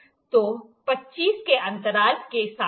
तो 25 के अंतराल के साथ 25 से 100 है